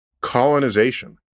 colonization